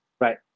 Right